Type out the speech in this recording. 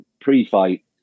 pre-fight